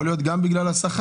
יכול להיות גם בגלל השכר,